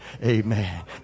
Amen